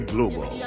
Global